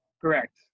Correct